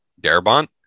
Darabont